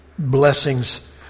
blessings